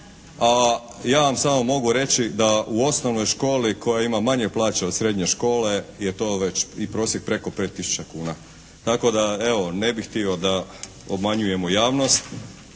a ja vam samo mogu reći da u osnovnoj školi koja ima manje plaće od srednje škole je to već i prosjek preko 5000 kuna. Tako da evo ne bih htio da obmanjujemo javnost